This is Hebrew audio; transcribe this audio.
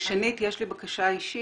ושנית, יש לי בקשה אישית,